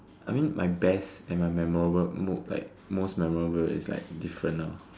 I mean my best and my memorable mo~ like most memorable is like different now